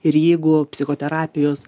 ir jeigu psichoterapijos